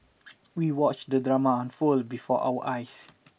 we watched the drama unfold before our eyes